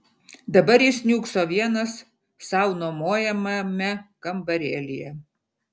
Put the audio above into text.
dabar jis niūkso vienas sau nuomojamame kambarėlyje